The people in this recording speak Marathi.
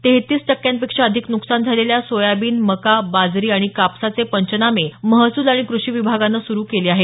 तेहतीस टक्क्यांपेक्षा अधिक नुकसान झालेल्या सोयाबीन मका बाजरी आणि कापसाचे पंचनामे महसूल आणि कृषी विभागानं सुरू केले आहेत